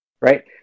Right